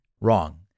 Wrong